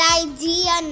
idea